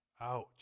Ouch